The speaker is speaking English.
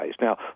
Now